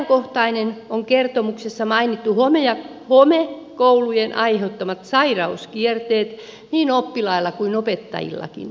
merkittäviä ja ajankohtaisia ovat kertomuksessa mainitut homekoulujen aiheuttamat sairauskierteet niin oppilailla kuin opettajillakin